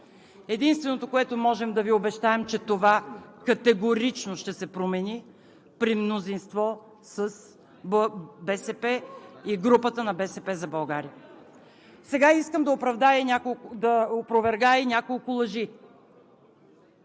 Единственото, което можем да Ви обещаем, е, че това категорично ще се промени при мнозинство с БСП и групата на „БСП за България“. Сега искам да опровергая и няколко лъжи.